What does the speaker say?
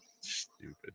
Stupid